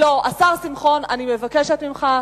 השר שמחון, אני מבקשת ממך.